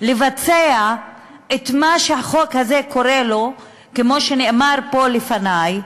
לבצע את מה שהחוק הזה קורא לו, כמו שנאמר פה לפני,